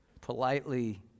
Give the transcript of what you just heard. politely